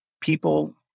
people